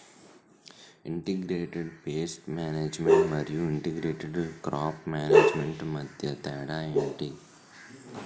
integrated pest management మరియు integrated crop management మధ్య తేడా ఏంటి